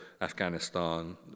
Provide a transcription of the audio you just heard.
Afghanistan